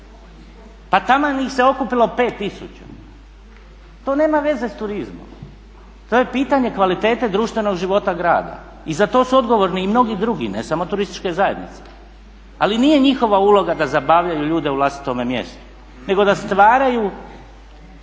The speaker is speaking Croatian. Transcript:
pa taman ih se okupilo 5000. To nema veze s turizmom, to je pitanje kvalitete društvenog života grada i za to su odgovorni i mnogi drugi, ne samo turističke zajednice, ali nije njihova uloga da zabavljaju ljude u vlastitome mjestu nego da stvaraju